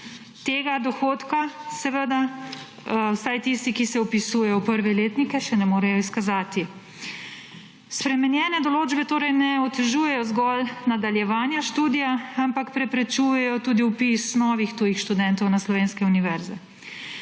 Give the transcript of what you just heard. Tega dohodka, seveda, vsaj tisti, ki se vpisujejo v prve letnike, še ne morejo izkazati. Spremenjene določbe torej ne otežujejo zgolj nadaljevanja študija, ampak preprečujejo tudi vpis novih tujih študentov na slovenske univerze.